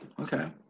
Okay